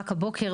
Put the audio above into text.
רק הבוקר,